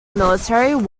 military